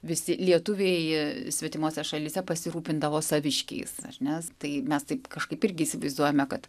visi lietuviai svetimose šalyse pasirūpindavo saviškiais nes tai mes taip kažkaip irgi įsivaizduojame kad